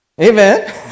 Amen